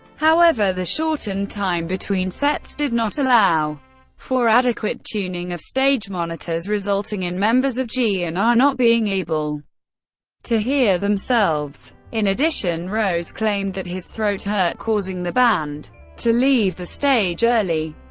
however, the shortened time between sets did not allow for adequate tuning of stage monitors, resulting in members of g n' and r not being able to hear themselves. in addition, rose claimed that his throat hurt, causing the band to leave the stage early.